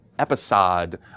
episode